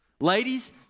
Ladies